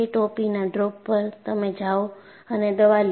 ટોપીના drop પર તમે જાઓ અને દવા લ્યો